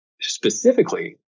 specifically